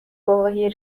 گواهی